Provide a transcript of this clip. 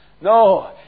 No